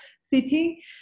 city